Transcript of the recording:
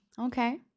okay